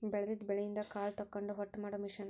ಬೆಳದಿದ ಬೆಳಿಯಿಂದ ಕಾಳ ತಕ್ಕೊಂಡ ಹೊಟ್ಟ ಮಾಡು ಮಿಷನ್